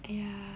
ya